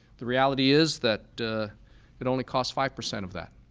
the reality is that it only cost five percent of that,